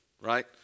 right